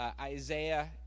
Isaiah